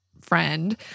friend